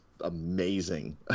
amazing